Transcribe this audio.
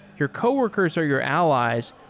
your coworkers are your allies,